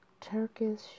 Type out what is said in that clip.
Turkish